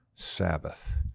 Sabbath